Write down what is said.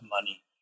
money